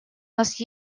нас